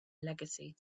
legacy